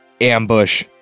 Ambush